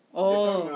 oh